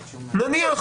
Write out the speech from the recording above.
נניח.